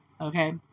Okay